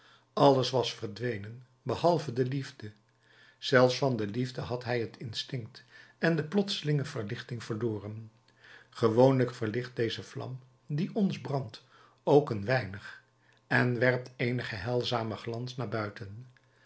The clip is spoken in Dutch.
alles was verdwenen behalve de liefde zelfs van de liefde had hij het instinct en de plotselinge verlichting verloren gewoonlijk verlicht deze vlam die ons brandt ook een weinig en werpt eenigen heilzamen glans naar buiten